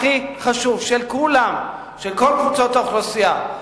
הכי חשוב, של כולם, של כל קבוצות האוכלוסייה.